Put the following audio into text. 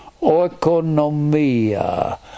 oikonomia